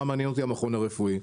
מה מעניין אותי המכון הרפואי?